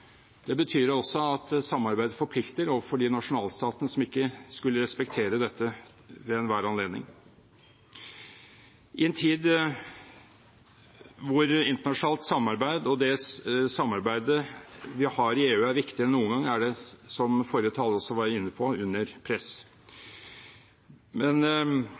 Det betyr også at samarbeid forplikter overfor de nasjonalstatene som ikke skulle respektere dette ved enhver anledning. I en tid da internasjonalt samarbeid og det samarbeidet vi har i EU, er viktigere enn noen gang, er det – som forrige taler også var inne på – under press, men